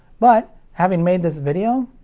but having made this video,